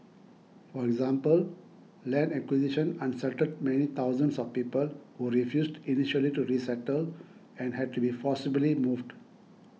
for example land acquisition unsettled many thousands of people who refused initially to resettle and had to be forcibly moved